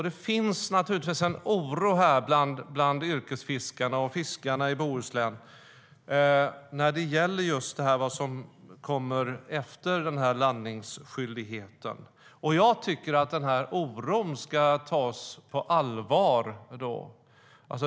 Det finns naturligtvis en oro bland yrkesfiskarna och fiskarna i Bohuslän när det gäller just vad som kommer efter landningsskyldigheten. Jag tycker att oron ska tas på allvar.